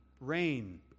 rain